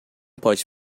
pode